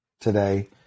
today